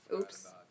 Oops